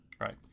Right